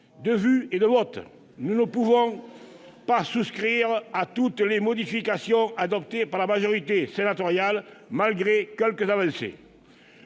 de vues et de vote, nous ne pouvons pas souscrire à toutes les modifications adoptées par la majorité sénatoriale, malgré quelques avancées.